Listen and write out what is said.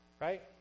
right